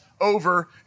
over